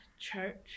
church